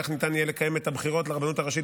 וכך ניתן יהיה לקיים את הבחירות לרבנות הראשית